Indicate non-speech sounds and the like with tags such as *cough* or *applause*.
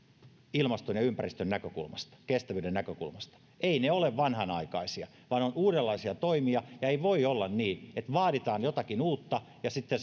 ilmaston ja ympäristön näkökulmasta kestävyyden näkökulmasta eivät ne ole vanhanaikaisia vaan ne ovat uudenlaisia toimia ei voi olla niin että vaaditaan jotakin uutta ja sitten *unintelligible*